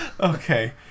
Okay